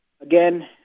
Again